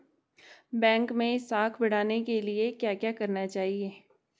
Bank मैं साख बढ़ाने के लिए क्या क्या करना चाहिए?